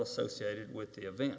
associated with the event